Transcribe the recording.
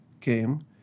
came